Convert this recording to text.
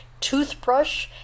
Toothbrush